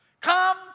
Come